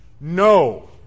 no